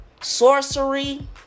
sorcery